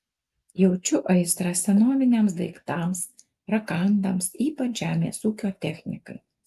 jaučiu aistrą senoviniams daiktams rakandams ypač žemės ūkio technikai